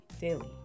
daily